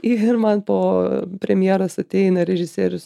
ir man po premjeros ateina režisierius